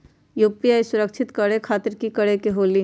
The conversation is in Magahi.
यू.पी.आई सुरक्षित करे खातिर कि करे के होलि?